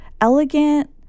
elegant